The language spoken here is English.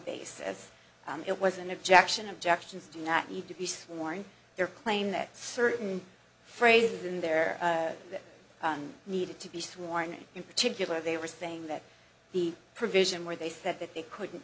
basis as it was an objection objections do not need to be sworn in their claim that certain phrases in there that needed to be sworn in particular they were saying that the provision where they said that they couldn't